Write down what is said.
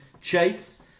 Chase